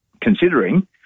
considering